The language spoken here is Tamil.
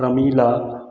பிரமிளா